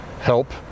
help